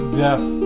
death